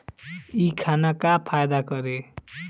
इ खाना का फायदा करी